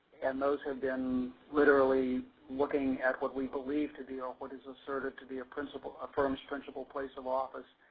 and those have been literally looking at what we believe to be ah what is asserted to be ah a ah firms principal place of office